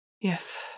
Yes